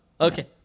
Okay